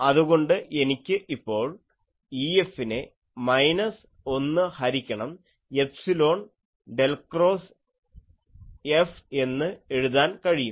അതുകൊണ്ട് എനിക്ക് ഇപ്പോൾ EFനെ മൈനസ് 1 ഹരിക്കണം എപ്സിലോൺ ഡെൽ ക്രോസ് F എന്ന് എഴുതാൻ കഴിയും